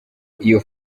iyo